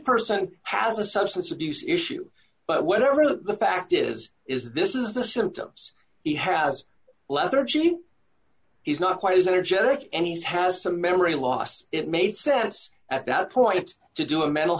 person has a substance abuse issue but whatever the fact does is this is the symptoms he has lethargy he's not quite as energetic and he's has some memory loss it made sense at that point to do a mental